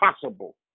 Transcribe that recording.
possible